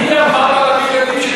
מי אמר לה להביא ילדים?